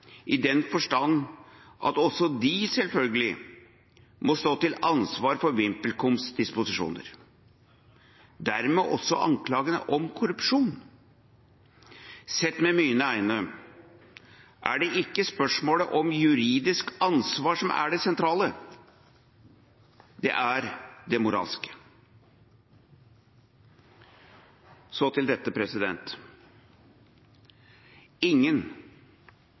i den forstand at også de selvfølgelig må stå til ansvar for VimpelComs disposisjoner, dermed også anklagene om korrupsjon. Sett med mine øyne er det ikke spørsmålet om juridisk ansvar som er det sentrale, det er det moralske. Så til dette: Ingen – og jeg sier ingen,